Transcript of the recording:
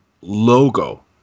logo